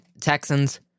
Texans